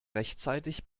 rechtzeitig